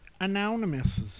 anonymous